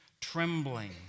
trembling